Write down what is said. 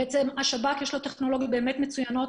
לשב"כ באמת יש טכנולוגיות מצוינות,